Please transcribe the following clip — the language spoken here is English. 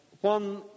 one